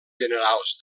generals